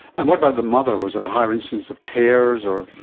and what about the mother? was there a higher incidence of tears or